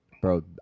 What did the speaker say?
bro